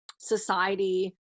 society